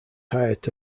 hired